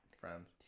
Friends